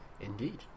Indeed